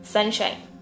Sunshine